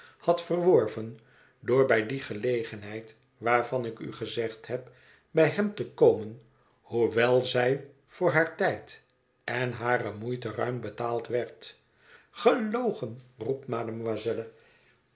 had verworven door hij die gelegenheid waarvan ik u gezegd heb bij hem te komen hoewel zij voor haar tijd en hare moeite ruim betaald werd gelogen roept mademoiselle